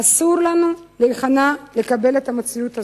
אסור לנו להיכנע ולקבל את המציאות הזאת.